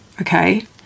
Okay